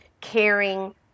caring